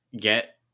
get